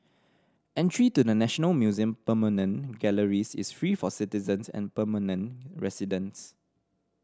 entry to the National Museum permanent galleries is free for citizens and permanent residents